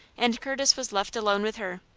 and curtis was left alone with her.